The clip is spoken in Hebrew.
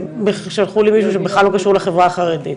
ששלחו לי מישהו שבכלל לא קשור לחברה החרדית,